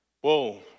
whoa